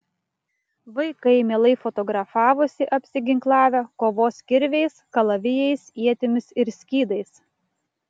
vaikai mielai fotografavosi apsiginklavę kovos kirviais kalavijais ietimis ir skydais